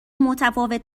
متفاوت